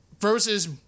versus